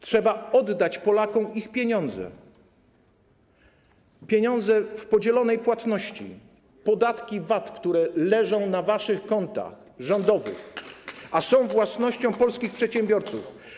Trzeba oddać Polakom ich pieniądze, pieniądze w podzielonej płatności, pieniądze z podatku VAT, które leżą na waszych kontach rządowych, a są własnością polskich przedsiębiorców.